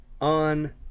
on